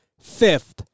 fifth